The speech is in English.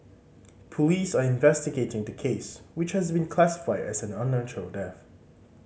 police are investigating the case which has been classified as an unnatural death